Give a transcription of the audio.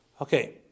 Okay